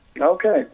Okay